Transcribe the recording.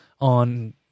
on